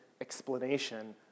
explanation